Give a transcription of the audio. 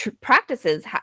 practices